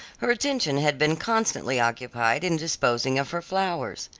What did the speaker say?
her attention had been constantly occupied in disposing of her flowers.